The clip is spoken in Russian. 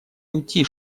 уйти